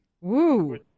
Woo